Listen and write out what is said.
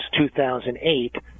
2008